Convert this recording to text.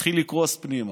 התחיל לקרוס פנימה.